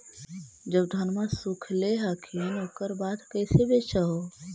जब धनमा सुख ले हखिन उकर बाद कैसे बेच हो?